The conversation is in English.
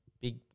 big